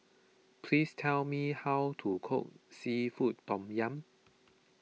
please tell me how to cook Seafood Tom Yum